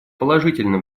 положительно